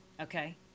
Okay